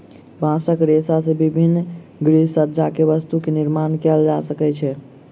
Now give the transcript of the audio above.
बांसक रेशा से विभिन्न गृहसज्जा के वस्तु के निर्माण कएल जा सकै छै